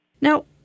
Now